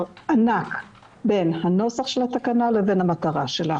ענק בין הנוסח של התקנה לבין המטרה שלה.